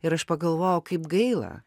ir aš pagalvojau kaip gaila